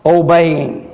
obeying